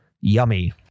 Yummy